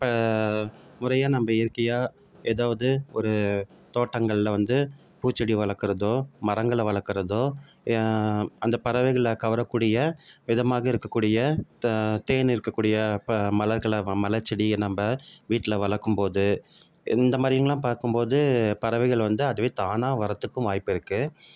இப்போ முறையாக நம்ம இயற்கையாக எதாவது ஒரு தோட்டங்களில் வந்து பூச்செடி வளர்க்குறதோ மரங்களை வளர்க்குறதோ அந்த பறவைகளை கவரக்கூடிய இதமாக இருக்கக்கூடிய தேன் இருக்கக்கூடிய ப மலர்களை மலர் செடியை நம்ம வீட்டில் வளர்க்கும் போது இந்த மாதிரிங்லான் பார்க்கும் போது பறவைகள் வந்து அதுவே தானாக வரத்துக்கும் வாய்ப்பு இருக்குது